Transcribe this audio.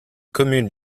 communes